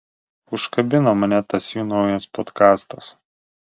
užkabino mane tas jų naujas podkastas